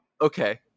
Okay